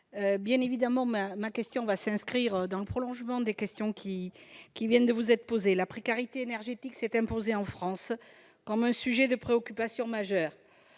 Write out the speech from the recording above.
bien évidemment, madame la secrétaire d'État, dans le prolongement des questions qui viennent de vous être posées. La précarité énergétique s'est imposée, en France, comme un sujet de préoccupation majeur.